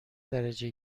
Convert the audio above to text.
درجه